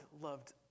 loved